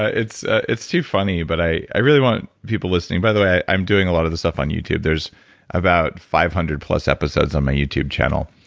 ah it's it's too funny, but i really want people listening. by the way, i'm doing a lot of this stuff on youtube. there's about five hundred plus episodes on my youtube channel,